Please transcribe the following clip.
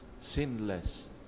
sinless